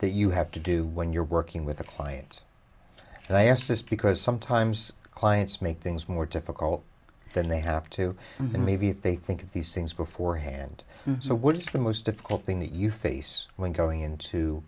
that you have to do when you're working with apply it and i ask this because sometimes clients make things more difficult than they have to and maybe they think these things beforehand so what is the most difficult thing that you face when going into